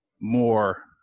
more